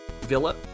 Villa